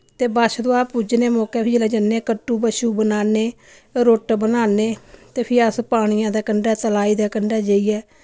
ते बच्छ दुआ पूजने मौकै फ्ही जेल्लै जन्ने कट्टु बच्छु बनाने रुट्ट बनाने ते फ्ही अस पानिये दे कंढे तलाई ते कंढे जाइयै